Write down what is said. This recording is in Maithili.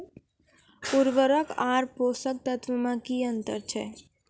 उर्वरक आर पोसक तत्व मे की अन्तर छै?